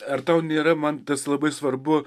ar tau nėra man tas labai svarbu